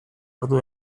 ordu